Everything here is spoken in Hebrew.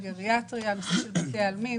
נושא של בתי עלמין,